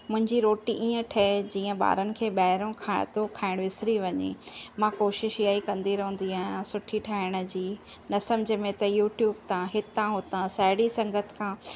मुंहिंजी रोटी ईअं ठहे जीअं ॿारनि खे ॿाहिरों खाधो खाइणु विसिरी वञे मां कोशिशि इहा ई कंदी रहंदी आहियां सुठी ठाहिण जी न सम्झ में त युट्यूब था हितां हुतां साहिड़ी संगति खां